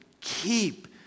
keep